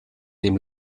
dem